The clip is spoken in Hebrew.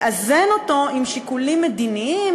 לאזן אותו עם שיקולים מדיניים,